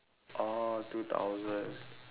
oh two thousand